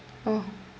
oh